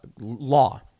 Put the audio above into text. law